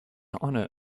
honour